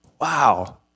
wow